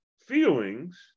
feelings